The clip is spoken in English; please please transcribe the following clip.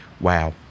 wow